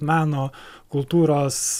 meno kultūros